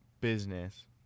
business